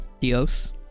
Dios